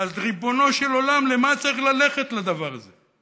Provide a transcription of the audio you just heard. אז ריבונו של עולם, לְמה צריך ללכת לדבר הזה?